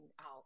out